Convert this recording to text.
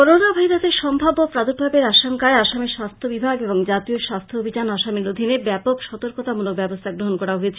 corona ভাইরাসের সম্ভাব্য প্রার্দুভাবের আশংকায় আসামের স্বাস্থ্য বিভাগ এবং জাতীয় স্বাস্থ্য অভিযান আসামের অধীনে ব্যাপক সতর্কতালমূলক ব্যবস্থা গ্রহন করা হয়েছে